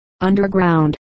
underground